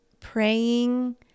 praying